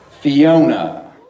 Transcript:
fiona